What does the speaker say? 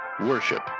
Worship